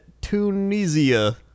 Tunisia